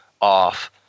off